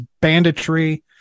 banditry